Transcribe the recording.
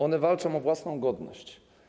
One walczą o własną godność.